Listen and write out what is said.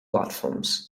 platforms